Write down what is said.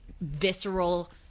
visceral